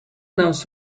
knows